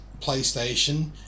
playstation